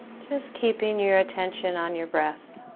just keeping your attention on your breath